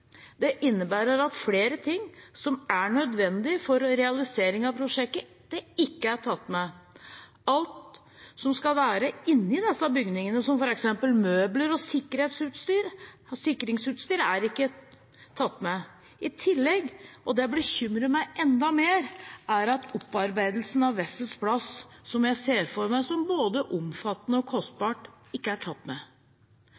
Det innebærer at flere ting som er nødvendig for realisering av prosjektet, ikke er tatt med. Alt som skal være inne i disse bygningene, f.eks. møbler og sikringsutstyr, er ikke tatt med. I tillegg – og det bekymrer meg enda mer – er opparbeidelsen av Wessels plass, som jeg ser for meg både er omfattende og